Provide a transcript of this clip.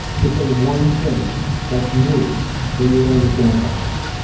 to say one thing that's new that you're willing to stand behind?